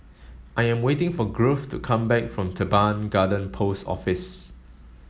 I am waiting for Grove to come back from Teban Garden Post Office